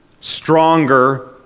stronger